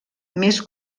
més